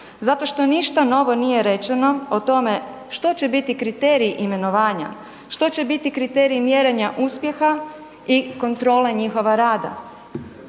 Zato što ništa novo nije rečeno o tome što će biti kriterij imenovanja, što će biti kriterij mjerenja uspjeha i kontrole njihova rada.